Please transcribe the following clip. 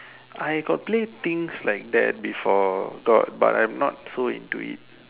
I got play things like that before got but I'm not so into it